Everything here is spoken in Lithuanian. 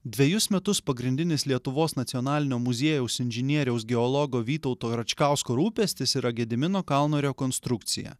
dvejus metus pagrindinis lietuvos nacionalinio muziejaus inžinieriaus geologo vytauto račkausko rūpestis yra gedimino kalno rekonstrukcija